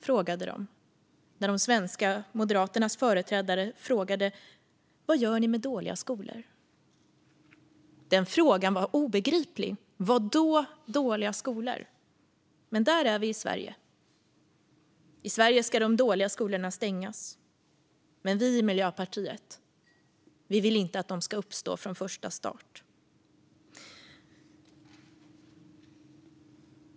frågade de när de svenska moderaterna frågade vad de gör med dåliga skolor. Den frågan var obegriplig. Vadå dåliga skolor? Men där är vi i Sverige. I Sverige ska de dåliga skolorna stängas. Vi i Miljöpartiet vill inte att de ska uppstå från första början.